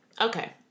Okay